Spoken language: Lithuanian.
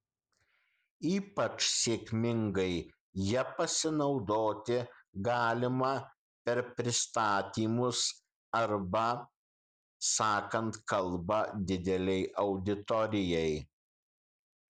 ypač sėkmingai ja pasinaudoti galima per pristatymus arba sakant kalbą didelei auditorijai